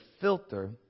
filter